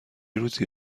روزی